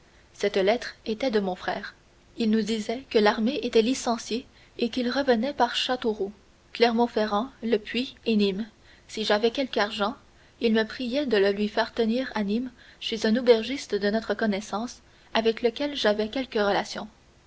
cette lettre était de mon frère il nous disait que l'armée était licenciée et qu'il revenait par châteauroux clermont ferrand le puy et nîmes si j'avais quelque argent il me priait de le lui faire tenir à nîmes chez un aubergiste de notre connaissance avec lequel j'avais quelques relations